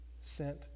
sent